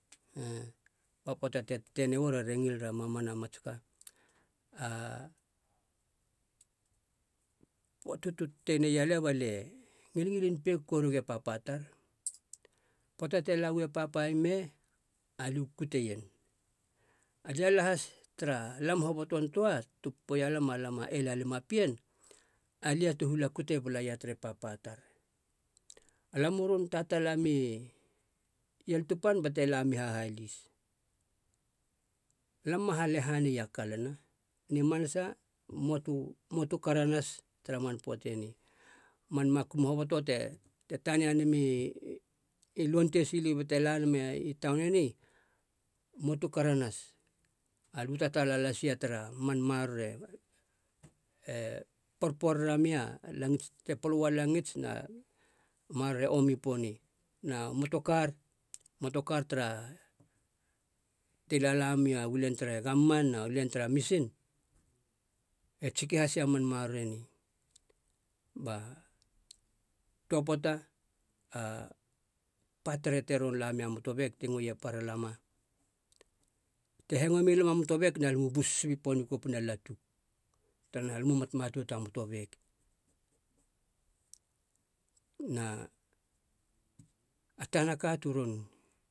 poata te tetenei uar are ngiler a mamana mats ka, poata tu tetenei ia lia balie ngil ngilin pegi korueg e papa tar. poata te lau e papa ime alu kute en. Alia lahas tara lam hoboton toa tu popoia lam, alam a eilalima pien, alia tu hula kute balaia tere papa tar. Lam u ron tatala mi ieltupan bate lamumi hahali, lam ma halehanei a kalana, ni manasa moa tu karanas tara man poate ni. Man makum hoboto te tania nami lonteis ili bate lanama i taun eni, moa tu karanas. Alö tatala las ia tara man maroroe e porporara mia langits, te polo ua langits na maroro e omi poni. Na motokar, motokar tara ti lala mea u len tere govman nu len tara missin, e stiki hasi a man marorore ni. Ba toa poata a patere te ron lamia motobek ti ngoeie para lama. Te hengoe milam a motobek na lam u bus sipi poni kopina latu, taraneha lam u matmatout a motobek. na a tanaka tu ron